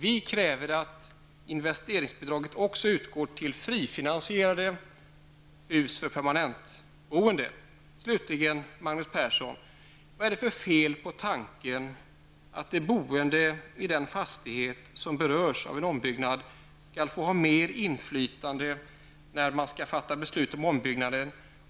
Vi kräver att investeringsbidraget också utgår till frifinansierade hus för permanentboende. Slutligen, Magnus Persson, vad är det för fel på tanken att de boende i en fastighet som berörs av en ombyggnad skall få mer inflytande när man skall fatta beslut om ombygganden?